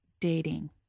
dating